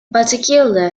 particular